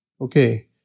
Okay